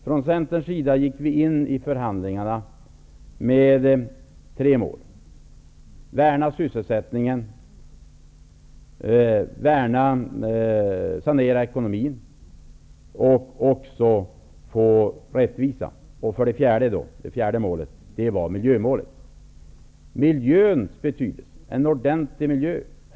Från Centerns sida gick vi in i förhandlingarna med tre mål: att värna om sysselsättningen, att sanera ekonomin och att skapa rättvisa. Ett fjärde mål var miljömålet.